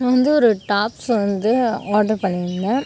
நான் வந்து ஒரு டாப்ஸ் வந்து ஆர்டர் பண்ணியிருந்தேன்